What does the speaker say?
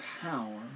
power